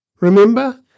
Remember